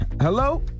Hello